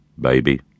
Baby